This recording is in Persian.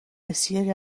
بسیاری